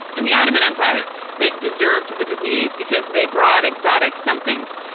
and the ottoman empire that deserved the disease because they brought exotic somethings.